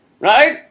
right